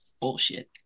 Bullshit